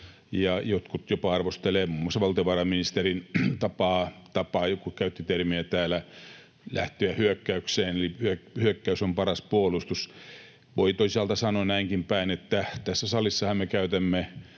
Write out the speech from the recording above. jotkut jopa arvostelevat muun muassa valtiovarainministerin tapaa puhua — joku käytti täällä termiä ”lähteä hyökkäykseen”. Hyökkäys on paras puolustus. Voi toisaalta sanoa näinkin päin, että tässä salissahan me käytämme